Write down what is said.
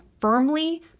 Firmly